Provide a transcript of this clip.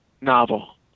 novel